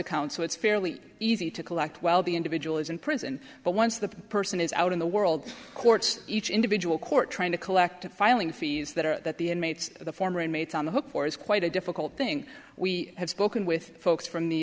account so it's fairly easy to collect while the individual is in prison but once the person is out in the world court each individual court trying to collect the filing fees that are that the inmates the former inmates on the hook for is quite a difficult thing we have spoken with folks from the